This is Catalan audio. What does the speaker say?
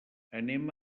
anem